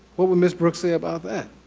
what would mrs. brooks say about that?